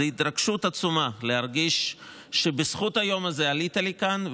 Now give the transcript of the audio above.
זו התרגשות עצומה להרגיש שבזכות היום הזה עלית לכאן,